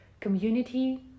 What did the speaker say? community